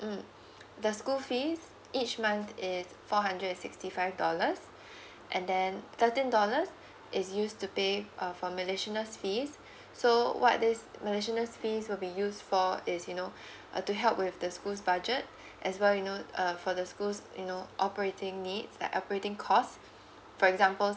mm the school fees each month is four hundred and sixty five dollars and then thirteen dollars is used to pay uh for miscellaneous fees so what this miscellaneous fees will be used for is you know uh to help with the schools budget as well you know uh for the schools you know operating needs like operating cost for example